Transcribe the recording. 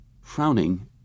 Frowning